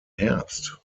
herbst